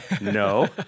No